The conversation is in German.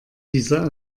dieser